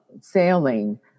sailing